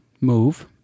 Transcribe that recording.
move